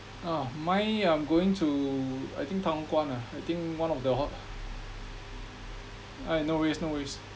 oh my I'm going to I think tang guan ah I think one of the hot alright no worries no worries